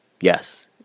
Yes